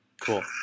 Cool